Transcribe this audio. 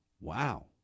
Wow